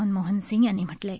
मनमोहन सिंग यांनी म्हटलं आहे